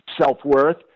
self-worth